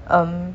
um